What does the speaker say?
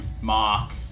mark